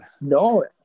No